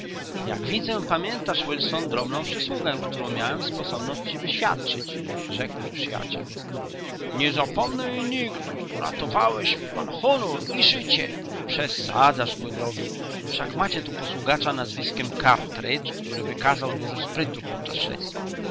jak widzę pamiętasz wilson drobną przysługę którą miałem sposobność ci wyświadczyć rzekł mój przyjaciel nie zapomnę jej nigdy uratowałeś mi pan honor i życie przesadzasz mój drogi wszak macie tu posługacza nazwiskiem cartridge który wykazał dużo sprytu podczas śledztwa